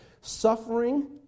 Suffering